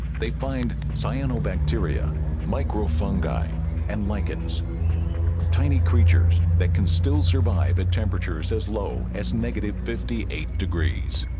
they find cyanobacteria micro fungi and lichens tiny creatures that can still survive at temperatures as low as negative fifty eight degrees